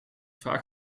vaak